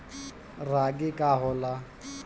रागी का होला?